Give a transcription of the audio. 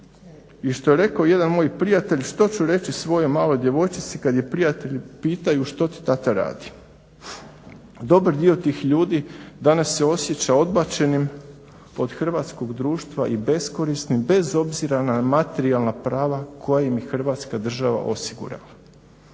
I što je rekao jedan moj prijatelj, što ću reći svojoj maloj djevojčici kad je prijatelji pitaju što ti tata radi. Dobar dio tih ljudi danas se osjeća odbačenim od hrvatskog društva i beskorisnim, bez obzira na materijalna prava koja im je Hrvatska država osigurala.